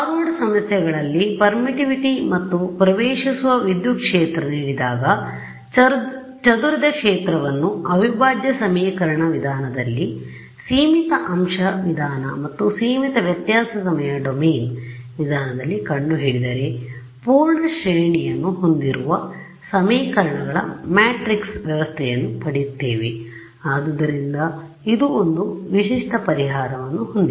forward ಸಮಸ್ಯೆಗಳಲ್ಲಿ permittivity ಮತ್ತು ಪ್ರವೇಷಿಸುವ ವಿದ್ಯುತ್ ಕ್ಷೇತ್ರ ನೀಡಿದಾಗ ಚದುರಿದ ಕ್ಷೇತ್ರವನ್ನು ಅವಿಭಾಜ್ಯ ಸಮೀಕರಣ ವಿಧಾನದಲ್ಲಿ ಸೀಮಿತ ಅಂಶ ವಿಧಾನ ಮತ್ತು ಸೀಮಿತ ವ್ಯತ್ಯಾಸ ಸಮಯ ಡೊಮೇನ್ ವಿಧಾನದಲ್ಲಿ ಕಂಡುಹಿಡಿದರೆ ಪೂರ್ಣ ಶ್ರೇಣಿಯನ್ನು ಹೊಂದಿರುವ ಸಮೀಕರಣಗಳ ಮ್ಯಾಟ್ರಿಕ್ಸ್ ವ್ಯವಸ್ಥೆಯನ್ನು ಪಡೆಯುತ್ತೇವೆ ಆದ್ದರಿಂದ ಇದು ಒಂದು ವಿಶಿಷ್ಟ ಪರಿಹಾರವನ್ನು ಹೊಂದಿದೆ